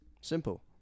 Simple